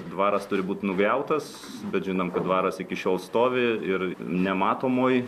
dvaras turi būt nugriautas bet žinom kad dvaras iki šiol stovi ir nematomoj